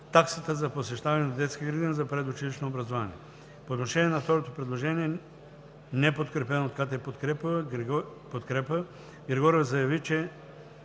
таксата за посещаване на детска градина за предучилищно образование. По отношение на второто предложение, неподкрепено от КТ „Подкрепа“, Григорова заяви, че